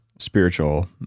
spiritual